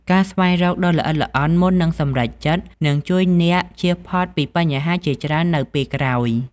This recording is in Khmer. ការស្វែងរកដ៏ល្អិតល្អន់មុននឹងសម្រេចចិត្ត នឹងជួយអ្នកជៀសផុតពីបញ្ហាជាច្រើននៅពេលក្រោយ។